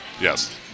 Yes